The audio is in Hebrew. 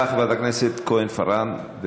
לחברים שלך, לחלקם אין מה לעשות.